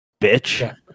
Bitch